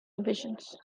divisions